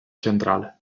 centrale